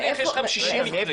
אמרת שיש לכם 60 מקרים.